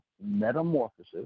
metamorphosis